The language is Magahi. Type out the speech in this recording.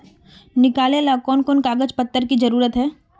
निकाले ला कोन कोन कागज पत्र की जरूरत है?